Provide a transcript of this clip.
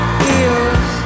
feels